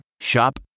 Shop